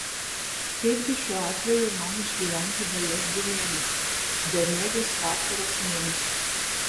kaipgi šiuo atveju man išgyventi be jos du mėnesius bemiegius vasaros mėnesius